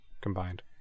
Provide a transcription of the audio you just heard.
combined